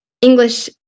English